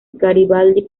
garibaldi